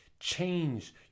Change